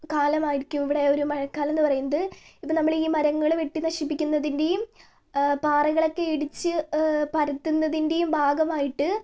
കാലമായിരിക്കും ഇവിടെ ഒരു മഴക്കാലം എന്നു പറയുന്നത് ഇപ്പം നമ്മൾ ഈ മരങ്ങൾ വെട്ടി നശിപ്പിക്കുന്നതിന്റേയും പാറകളൊക്കെ ഇടിച്ചു പരത്തുന്നതിന്റെയും ഭാഗമായിട്ട്